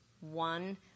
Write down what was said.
one